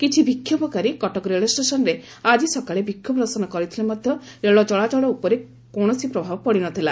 କିଛି ବିଷୋଭକାରୀ କଟକ ରେଳ ଷେସନ୍ରେ ଆକି ସକାଳେ ବିକ୍ଷୋଭ ପ୍ରଦର୍ଶନ କରିଥିଲେ ମଧ୍ଧ ରେଳ ଚଳାଚଳ ଉପରେ ଏହାର କୌଣସି ପ୍ରଭାବ ପଡ଼ି ନ ଥିଲା